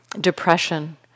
depression